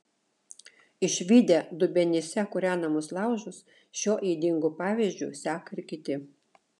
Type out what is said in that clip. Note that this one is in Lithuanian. išvydę dubenyse kūrenamus laužus šiuo ydingu pavyzdžiu seka ir kiti